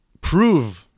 prove